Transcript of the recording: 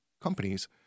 companies